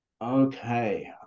Okay